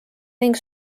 ning